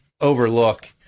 overlook